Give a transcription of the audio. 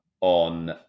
on